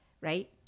Right